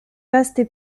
vastes